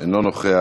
אינו נוכח.